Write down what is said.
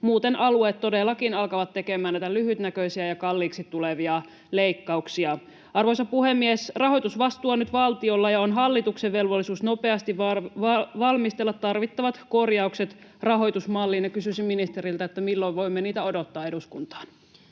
Muuten alueet todellakin alkavat tekemään näitä lyhytnäköisiä ja kalliiksi tulevia leikkauksia. Arvoisa puhemies! Rahoitusvastuu on nyt valtiolla, ja on hallituksen velvollisuus nopeasti valmistella tarvittavat korjaukset rahoitusmalliin. Kysyisin ministeriltä: milloin voimme niitä odottaa eduskuntaan?